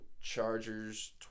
Chargers